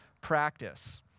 practice